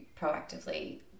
proactively